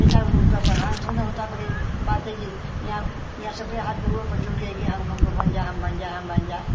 बेटा ऊ का प्रधान थोड़ी ना होता बड़ी बात है कि इहाँ इहाँ सभी हाथ गरोड़ पजोड़ के हम के हमको बंजा हम बंजा हम बंजा